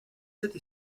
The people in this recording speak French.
cette